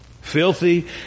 filthy